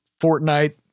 Fortnite